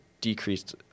decreased